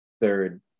third